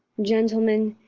gentlemen,